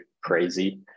crazy